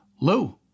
Lou